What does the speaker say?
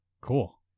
cool